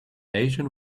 asian